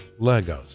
Legos